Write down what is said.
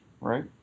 right